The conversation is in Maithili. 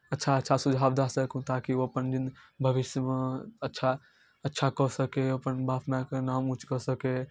अच्छा अच्छा सुझाव दऽ सकू ताकि ओ अपन जिंद भविष्यमे अच्छा अच्छा कऽ सकै अपन बाप मायके नाम ऊँच कऽ सकए